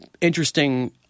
interesting